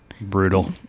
Brutal